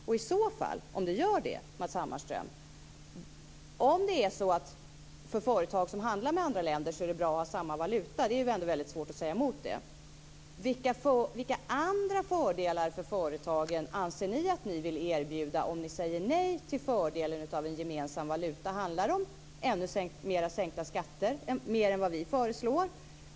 Och i så fall, Matz Hammarström, om det är bra för företag som handlar med andra länder att ha samma valuta - och det är väl ändå väldigt svårt att säga emot - vilka andra fördelar för företagen vill ni i Miljöpartiet erbjuda om ni säger nej till fördelen av en gemensam valuta? Handlar det om ännu mer sänkta skatter - mer än vad Folkpartiet föreslår?